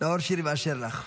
נאור שירי מאפשר לך.